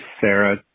Sarah